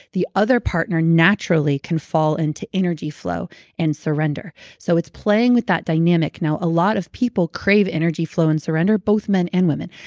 the other partner naturally can fall into energy flow and surrender. so it's playing with that dynamic. a lot of people crave energy flow and surrender, both men and women.